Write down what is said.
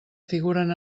figuren